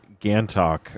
Gantok